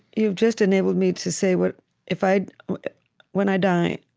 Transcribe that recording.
you've just enabled me to say what if i'd when i die,